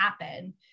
happen